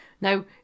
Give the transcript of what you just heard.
Now